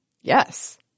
Yes